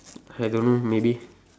I don't know maybe